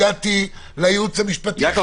הגעתי לייעוץ המשפטי הכי --- יעקב,